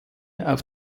auf